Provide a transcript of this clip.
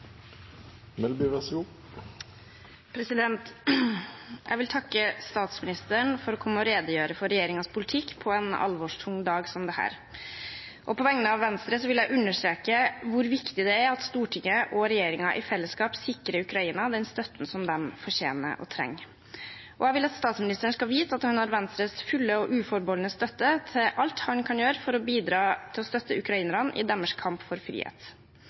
Jeg vil takke statsministeren for å komme og redegjøre for regjeringens politikk på en alvorstung dag som dette. På vegne av Venstre vil jeg understreke hvor viktig det er at Stortinget og regjeringen i fellesskap sikrer Ukraina den støtten som de fortjener og trenger. Jeg vil at statsministeren skal vite at han har Venstres fulle og uforbeholdne støtte til alt han kan gjøre for å bidra til å støtte ukrainerne i deres kamp for frihet,